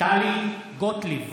טלי גוטליב,